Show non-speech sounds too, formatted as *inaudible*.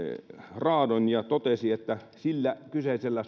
raadon ja totesi että sillä kyseisellä *unintelligible*